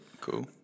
Cool